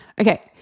Okay